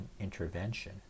intervention